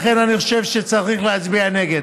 לכן, אני חושב שצריך להצביע נגד.